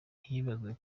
hibanzwe